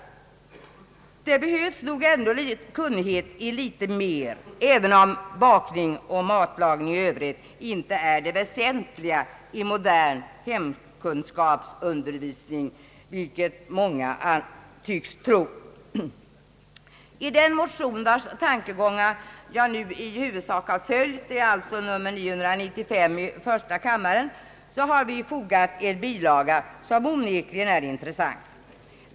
Men det behövs nog kunnighet i litet mer, även om bakning och matlagning i Övrigt inte är det väsentliga i modern hemkunskapsundervisning, vilket många tycks tro. I den motion, vars tankegångar jag nu i huvudsak följt, I: 995, har vi tillfogat en bilaga, som onekligen är intressant.